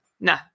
No